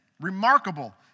Remarkable